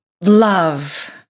love